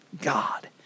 God